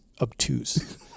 obtuse